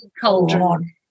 cauldron